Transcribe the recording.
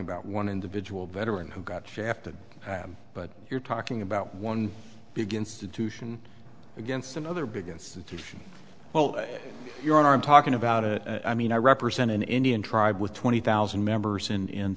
about one individual veteran who got shafted but you're talking about one big institution against another big institution well you're i'm talking about it i mean i represent an indian tribe with twenty thousand members in